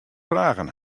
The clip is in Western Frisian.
fragen